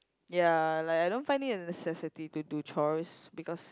ya like I don't find it a necessity to do chores because